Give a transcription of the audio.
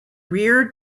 rear